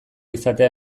izatea